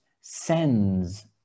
sends